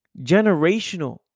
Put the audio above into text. generational